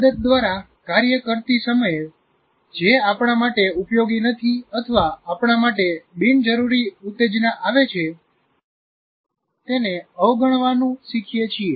આદત દ્વારા કાર્ય કરતી સમયે જે આપણા માટે ઉપયોગી નથી અથવા આપણા માટે બિનજરૂરી ઉત્તેજના આવે છે તેને અવગણવાનું શીખીએ છીએ